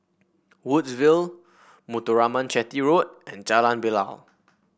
Woodsville Muthuraman Chetty Road and Jalan Bilal